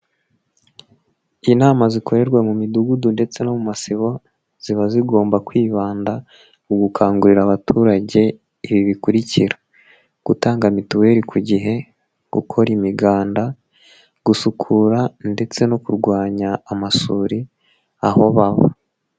Inama zikorerwa mu Midugudu ndetse no mu Masibo ziba zigomba kwibanda mu gukangurira abaturage ibi bikurikira: gutanga mituweli ku gihe, gukora imiganda, gusukura ndetse no kurwanya amasuri aho baba.